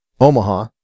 Omaha